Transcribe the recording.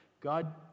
God